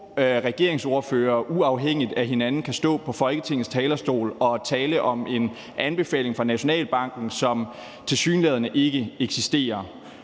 regeringspartierne uafhængigt af hinanden kan stå på Folketingets talerstol og tale om en anbefaling fra Nationalbanken, som tilsyneladende ikke eksisterer.